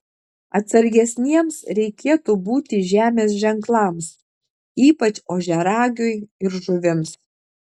atsargesniems reikėtų būti žemės ženklams ypač ožiaragiui ir žuvims